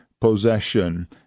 possession